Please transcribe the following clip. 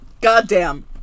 Goddamn